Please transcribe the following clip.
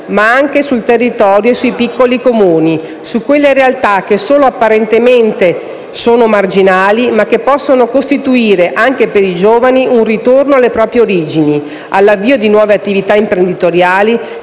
ma anche sul territorio e sui piccoli Comuni, su quelle realtà che solo apparentemente sono marginali, ma che possono costituire anche per i giovani un ritorno alle proprie origini, all'avvio di nuove attività imprenditoriali